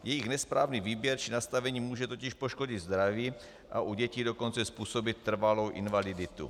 Jejich nesprávný výběr či nastavení může totiž poškodit zdraví, a u dětí dokonce způsobit trvalou invaliditu.